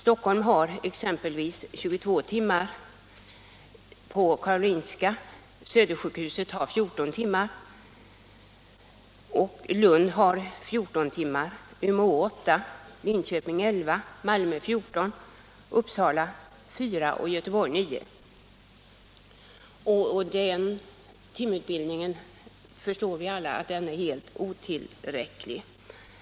Den omfattar exempelvis 22, 14, 11, 9, 8 eller 4 timmar — helt beroende på i vilken del av landet utbildningen sker. Vi förstår alla att dessa få timmar är helt otillräckliga.